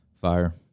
fire